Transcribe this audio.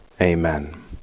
amen